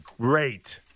great